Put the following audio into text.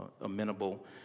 amenable